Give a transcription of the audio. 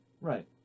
Right